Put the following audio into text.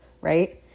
right